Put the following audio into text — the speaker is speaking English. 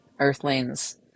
Earthlings